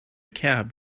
cab